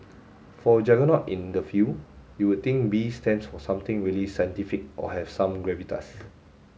for a juggernaut in the field you would think B stands for something really scientific or have some gravitas